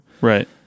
Right